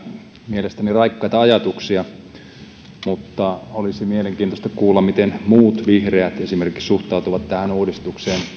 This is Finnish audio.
mielestäni raikkaita ajatuksia mutta olisi mielenkiintoista kuulla miten esimerkiksi muut vihreät suhtautuvat tähän uudistukseen